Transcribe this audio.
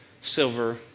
silver